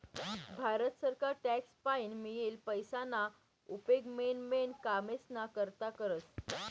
भारत सरकार टॅक्स पाईन मियेल पैसाना उपेग मेन मेन कामेस्ना करता करस